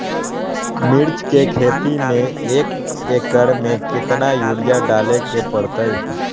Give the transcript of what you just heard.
मिर्च के खेती में एक एकर में कितना यूरिया डाले के परतई?